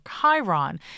Chiron